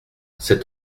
cet